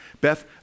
Beth